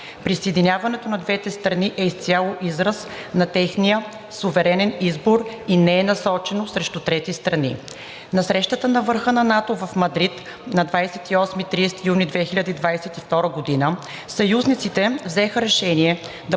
Присъединяването на двете страни е изцяло израз на техния суверенен избор и не е насочено срещу трети страни. На срещата на върха на НАТО в Мадрид на 28 – 30 юни 2022 г. съюзниците взеха решение да